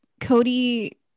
Cody